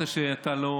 אמרת שאתה לא